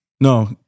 No